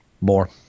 More